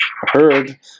heard